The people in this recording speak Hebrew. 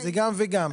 זה גם וגם.